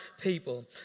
people